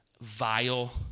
vile